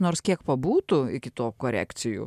nors kiek pabūtų iki to korekcijų